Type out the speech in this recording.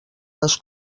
les